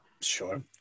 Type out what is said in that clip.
Sure